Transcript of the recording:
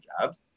jobs